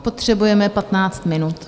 Potřebujeme 15 minut.